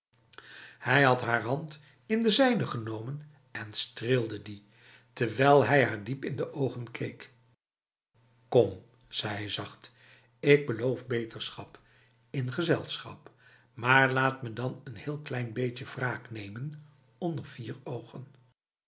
hij had haar hand in de zijne genomen en streelde die terwijl hij haar diep in de ogen keek kom zei hij zacht ik beloof beterschap in gezelschap maar laat me dan n heel klein beetje wraak nemen onder vier ogen